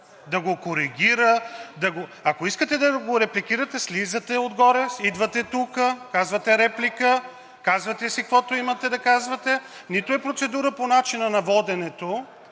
да го коригира. Ако искате да го репликирате, слизате отгоре, идвате тук, казвате реплика, казвате си каквото имате да казвате – нито е процедура по начина на воденето,